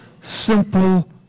simple